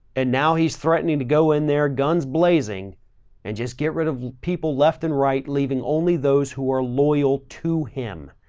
and now he's threatening to go in there guns blazing and just get rid of people left and right. leaving only those who are loyal to him.